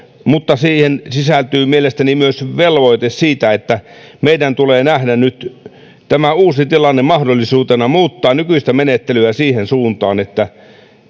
mutta siihen sisältyy mielestäni myös velvoite siitä että meidän tulee nyt nähdä tämä uusi tilanne mahdollisuutena muuttaa nykyistä menettelyä siihen suuntaan että